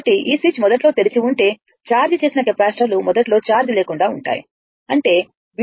కాబట్టి ఆ స్విచ్ మొదట్లో తెరిచి ఉంటే ఛార్జ్ చేసిన కెపాసిటర్లు మొదట్లో ఛార్జ్ లేకుండా ఉంటాయి అంటే V1 V 4 0